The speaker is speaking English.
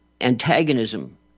antagonism